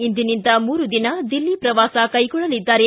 ಇಂದಿನಿಂದ ಮೂರು ದಿನ ದಿಲ್ಲಿ ಪ್ರವಾಸ ಕೈಗೊಳ್ಳಲಿದ್ದಾರೆ